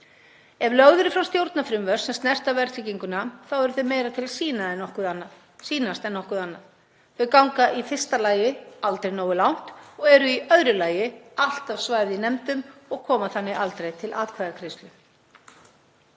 Ef lögð eru fram stjórnarfrumvörp sem snerta verðtrygginguna eru þau meira til að sýnast en nokkuð annað. Þau ganga í fyrsta lagi aldrei nógu langt og eru í öðru lagi alltaf svæfð í nefndum og koma þannig aldrei til atkvæðagreiðslu.